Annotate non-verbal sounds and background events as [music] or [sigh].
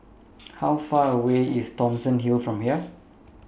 [noise] How Far away IS Thomson Hill from here